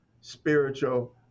spiritual